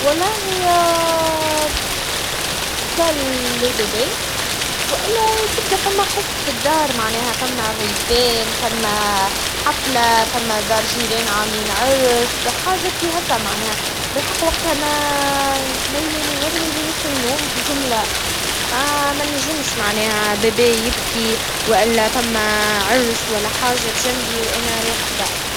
أكثر ضوضاء تصعّب عليا النوم هي الصوت العالي لعقارب الساعات ونباح الكلاب. هالأصوات تخليني نتحرك ونحس بالتوتر. نحب الهدوء والسكينة وقت النوم، وهذا يساعدني على الراحة. نحب نكون في مكان هادئ باش نقدر نرقد ملاح.